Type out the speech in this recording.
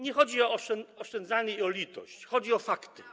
Nie chodzi o oszczędzanie i litość, chodzi o fakty.